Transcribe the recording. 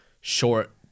short